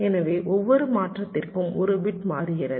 எனவே ஒவ்வொரு மாற்றத்திற்கும் ஒரு பிட் மாறுகிறது